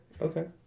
okay